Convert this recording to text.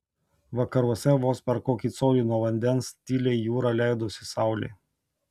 vakaruose vos per kokį colį nuo vandens tyliai į jūrą leidosi saulė